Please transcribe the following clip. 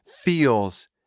feels